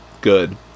good